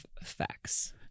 effects